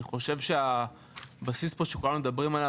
אני חושב שהבסיס שכולם מדברים עליו הוא